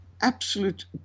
absolute